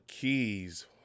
keys